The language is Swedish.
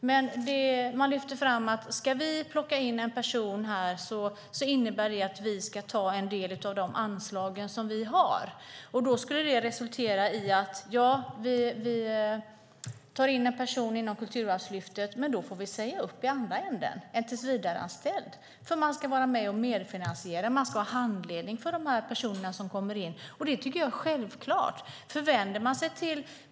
Men de lyfter fram att om de ska ta in en person måste de använda de anslag de redan har, och det resulterar i att de tar in en person inom ramen för Kulturarvslyftet men att de då får säga upp en tillsvidareanställd i andra ändan. Institutionen måste vara med och finansiera och ge handledning. Det är självklart.